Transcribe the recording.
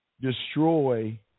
destroy